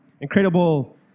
incredible